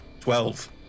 Twelve